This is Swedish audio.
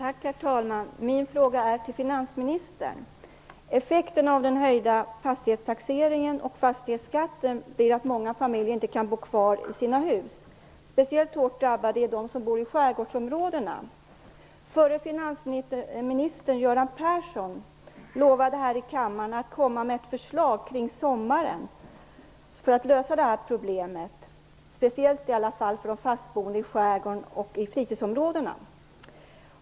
Herr talman! Jag har en fråga till finansministern. Effekten av den höjda fastighetstaxeringen och fastighetsskatten blir att många familjer inte kan bo kvar i sina hus. Speciellt hårt drabbade är de som bor i skärgårdsområdena. Den förre finansministern Göran Persson lovade här i kammaren att komma med ett förslag kring sommaren, så att detta problem kan lösas. Detta gäller speciellt de bofasta i skärgården och i fritidsområdena.